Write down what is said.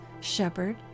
shepherd